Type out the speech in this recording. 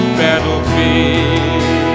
battlefield